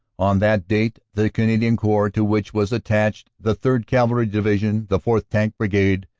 on that date the canadian corps-to which was attached the third. cavalry division, the fourth. tank brigade,